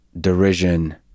derision